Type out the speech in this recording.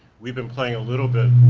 we've been playing a little bit